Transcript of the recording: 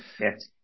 Yes